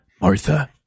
Martha